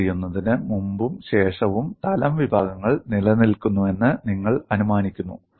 load ചെയ്യുന്നതിന് മുമ്പും ശേഷവും തലം വിഭാഗങ്ങൾ നിലനിൽക്കുന്നുവെന്ന് നിങ്ങൾ അനുമാനിക്കുന്നു